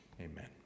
Amen